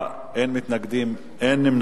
בעד, 9, אין מתנגדים, אין נמנעים.